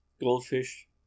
goldfish